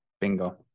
Bingo